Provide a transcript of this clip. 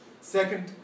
Second